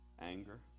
anger